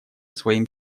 своим